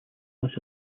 most